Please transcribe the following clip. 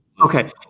okay